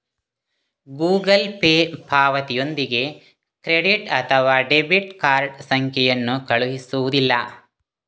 Google Pay ಪಾವತಿಯೊಂದಿಗೆ credit ಅಥವಾ debit card ಸಂಖ್ಯೆಯನ್ನು ಕಳುಹಿಸುವುದಿಲ್ಲ